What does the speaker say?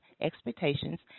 expectations